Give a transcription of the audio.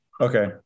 Okay